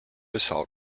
assault